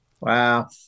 Wow